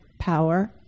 power